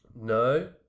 No